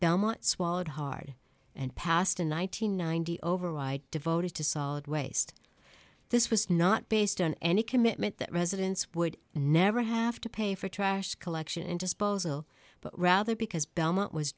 belmont swallowed hard and passed in one nine hundred ninety override devoted to solid waste this was not based on any commitment that residents would never have to pay for trash collection disposal but rather because belmont was